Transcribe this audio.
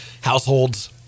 Households